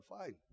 Fine